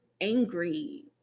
angry